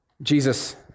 Jesus